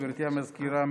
גברתי המזכירה,